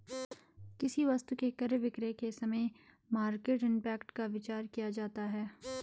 किसी वस्तु के क्रय विक्रय के समय मार्केट इंपैक्ट का विचार किया जाता है